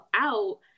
out